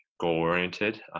goal-oriented